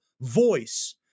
voice